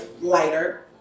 lighter